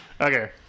Okay